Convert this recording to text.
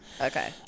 Okay